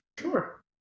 Sure